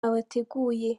abateguye